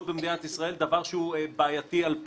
במדינת ישראל דבר שהוא בעייתי על פניו.